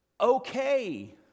okay